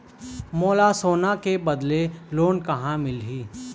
मोला सोना के बदले लोन कहां मिलही?